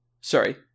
sorry